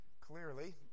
clearly